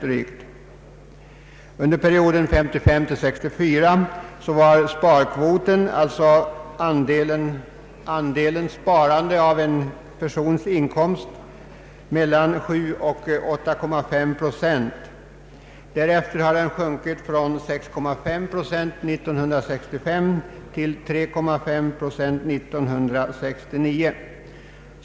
Under perioden 1955—1964 var sparkvoten, alltså andelen sparande av en persons inkomst, mellan 7 och 8,5 procent. Därefter har den sjunkit från 6,5 procent under år 1965 till 3,5 procent under år 1969.